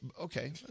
Okay